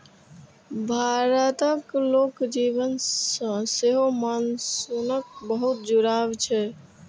भारतक लोक जीवन सं सेहो मानसूनक बहुत जुड़ाव छै